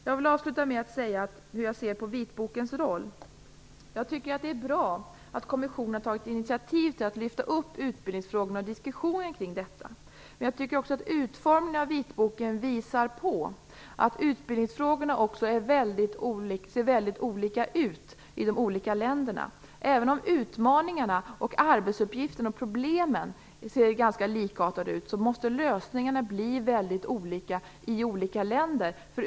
Jag vill avsluta med att säga hur jag ser på vitbokens roll. Jag tycker att det är bra att kommissionen har tagit initiativ till lyfta upp utbildningsfrågorna och diskussionen kring dessa, men jag tycker också att utformningen av vitboken visar att utbildningsfrågorna ser mycket olika ut i de olika länderna. Även om utmaningarna, arbetsuppgifterna och problemen ser ganska likartade ut, måste lösningarna bli väldigt olika i olika länder.